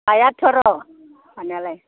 हायाथ' आरो हानायालाय